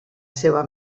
seva